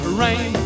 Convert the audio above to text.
rain